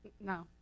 No